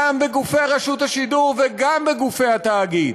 גם בגופי רשות השידור וגם בגופי התאגיד.